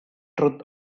truth